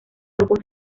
grupos